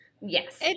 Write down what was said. Yes